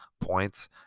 points